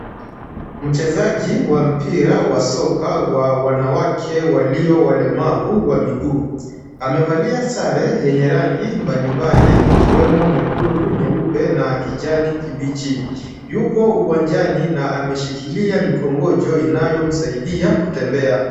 Mchezaji wa mpira wa soka wa wanawake walio walemavu wa miguu. Amevalia sare yenye rangi mbalimbali ikiwemo nyekundu, nyeupe na kijani kibichi. Yupo uwanjani na ameshikilia mikongojo inayomsaidia kutembea.